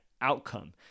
outcome